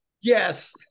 yes